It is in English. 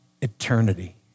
eternity